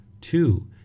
two